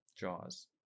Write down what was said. Jaws